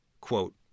quote